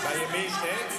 בימין אין?